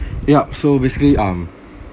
yup so basically um